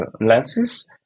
lenses